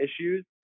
issues